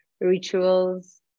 rituals